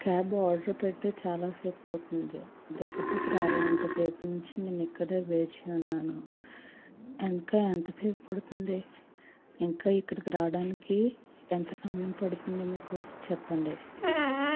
cab order పెట్టి చాలా సేపు అవుతుంది దగ్గర దగ్గర ఆరగంట సేపు నుంచి నేను ఇక్కడ వేచి ఉన్నాను ఇంకా ఎంతసేపు పడుతుంది ఇంకా ఇక్కడికి రావడానికి ఎంత సమయం పడుతుంది మీకు చెప్పండి